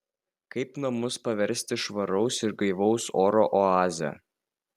kaip namus paversti švaraus ir gaivaus oro oaze